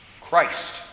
Christ